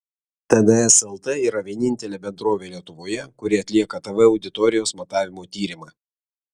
tns lt yra vienintelė bendrovė lietuvoje kuri atlieka tv auditorijos matavimo tyrimą